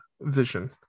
vision